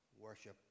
worship